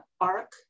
arc